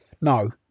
no